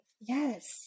Yes